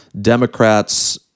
Democrats